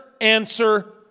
answer